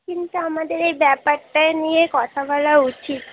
কিন্তু আমাদের এই ব্যাপারটাই নিয়ে কথা বলা উচিত